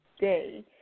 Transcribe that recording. day